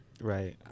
Right